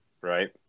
right